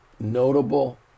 notable